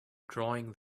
drawing